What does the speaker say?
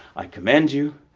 i command you,